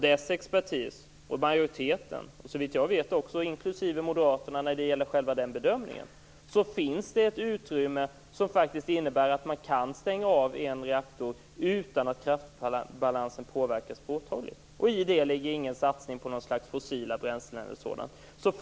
Dess expertis och majoriteten, inklusive Moderaterna såvitt jag vet, menar att det, när det gäller själva bedömningen, finns ett utrymme som faktiskt innebär att man kan stänga av en reaktor utan att kraftbalansen påverkas påtagligt. I det ligger ingen satsning på fossila bränslen eller något sådant.